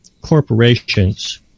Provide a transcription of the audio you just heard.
corporations